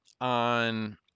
on